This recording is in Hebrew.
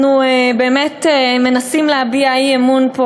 אנחנו באמת מנסים להביע פה אי-אמון,